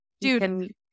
dude